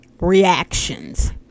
reactions